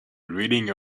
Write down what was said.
ridding